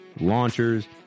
launchers